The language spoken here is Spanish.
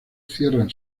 cierran